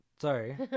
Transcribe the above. sorry